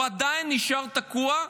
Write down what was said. הוא עדיין נשאר תקוע,